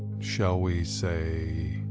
shall we say,